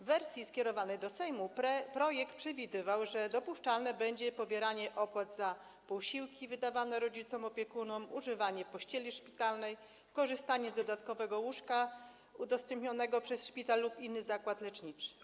W wersji skierowanej do Sejmu projekt przewidywał, że dopuszczalne będzie pobieranie opłat za posiłki wydawane rodzicom lub opiekunom, używanie pościeli szpitalnej, korzystanie z dodatkowego łóżka udostępnionego przez szpital lub inny zakład leczniczy.